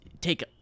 take